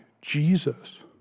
Jesus